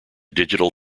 digital